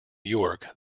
york